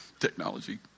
technology